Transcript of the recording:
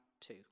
two